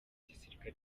gisirikare